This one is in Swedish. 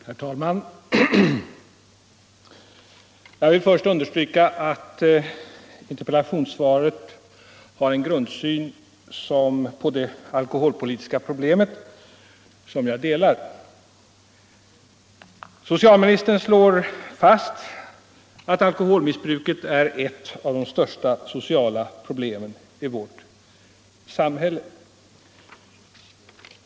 Herr talman! Jag vill först understryka att interpellationssvaret har en grundsyn på det alkoholpolitiska problemet som jag delar. Socialministern slår fast att ”alkoholmissbruket är ett av de största sociala problemen i vårt samhälle”.